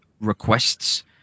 requests